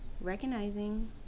recognizing